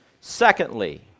Secondly